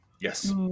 Yes